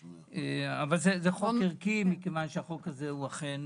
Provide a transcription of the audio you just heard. אבל זה חוק ערכי, מכיוון שהחוק הזה אכן